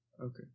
Okay